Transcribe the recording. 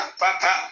papa